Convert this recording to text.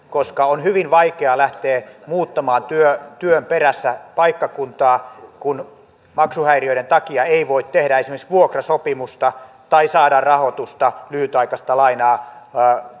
koska on hyvin vaikea lähteä muuttamaan työn työn perässä paikkakuntaa kun maksuhäiriöiden takia ei voi tehdä esimerkiksi vuokrasopimusta tai saada rahoitusta lyhyt aikaista lainaa